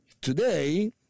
today